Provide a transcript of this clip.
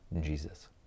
Jesus